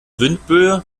windböe